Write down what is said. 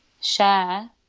share